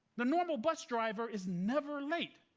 the normal bus driver is never late.